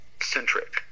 centric